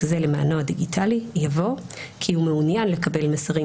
זה למענו הדיגיטלי" יבוא "כי הוא מעוניין לקבל מסרים